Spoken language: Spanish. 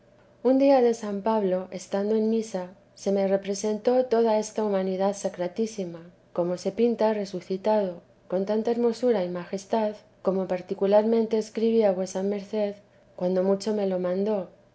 un día de san pablo estando en misa se me representó toda esta humanidad sacratísima como se pinta resucitado con tanta hermosura y majestad como particularmente escribí a vuesa merced cuando mucho me lo mandó